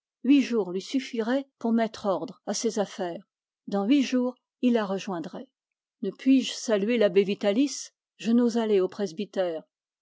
huit jours lui suffiraient pour mettre ordre à ses affaires dans huit jours il la rejoindrait ne puis-je saluer l'abbé vitalis je n'ose aller au presbytère